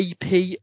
AP